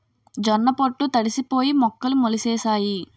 జొన్న పొట్లు తడిసిపోయి మొక్కలు మొలిసేసాయి